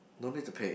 no need to pay